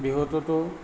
বিহুটোতো